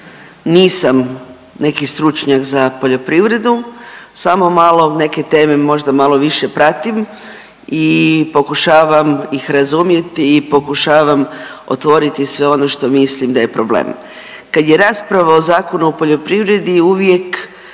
nisam neki stručnjak za poljoprivredu, samo malo neke teme možda malo više pratim i pokušavam ih razumjeti i pokušavam otvoriti sve ono što mislim da je problem. Kad je rasprava o Zakonu o poljoprivredi uvijek